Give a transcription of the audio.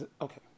Okay